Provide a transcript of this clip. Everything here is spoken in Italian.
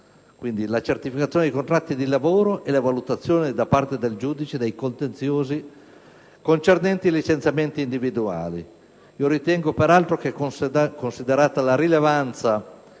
alla certificazione dei contratti di lavoro e alla valutazione da parte del giudice dei contenziosi concernenti i licenziamenti individuali). Considerate peraltro la rilevanza